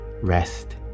Rest